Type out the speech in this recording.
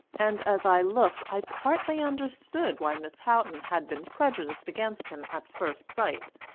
and as i looked i partly understood why miss houghton had been prejudiced against him at first sight.